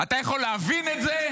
אתה יכול להבין את זה?